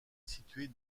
située